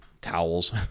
towels